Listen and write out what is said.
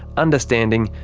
understanding,